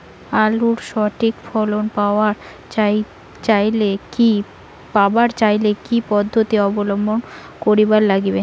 আলুর সঠিক ফলন পাবার চাইলে কি কি পদ্ধতি অবলম্বন করিবার লাগবে?